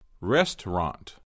Restaurant